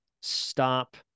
stop